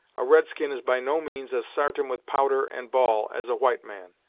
a red-skin is by no means as sartain with powder and ball as a white man.